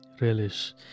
Relish